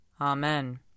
Amen